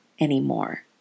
anymore